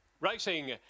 Racing